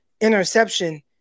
interception